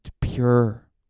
pure